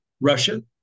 Russia